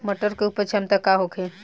मटर के उपज क्षमता का होखे?